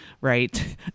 right